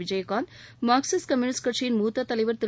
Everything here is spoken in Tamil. விஜயகாந்த் மார்க்சிஸ்ட் கம்யூனிஸ்ட் கட்சியின் மூத்த தலைவர் திரு